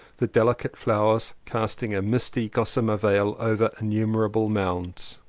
the delicate flowers casting a misty gossamer veil over innumerable mounds.